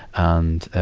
and, ah,